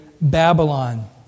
Babylon